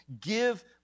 Give